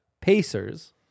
Pacers